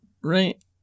right